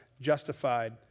justified